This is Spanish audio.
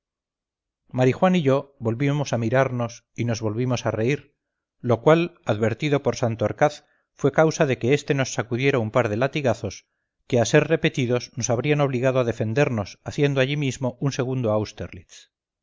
cleves marijuán y yo volvimos a mirarnos y nos volvimos a reír lo cual advertido por santorcaz fue causa de que este nos sacudiera un par de latigazos que a ser repetidos nos habrían obligado a defendernos haciendo allí mismo un segundo